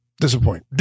disappoint